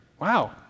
Wow